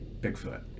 Bigfoot